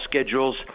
schedules